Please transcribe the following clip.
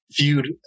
viewed